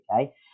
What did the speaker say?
okay